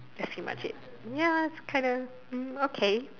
that's pretty much it ya that's kind of mm okay